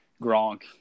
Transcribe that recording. Gronk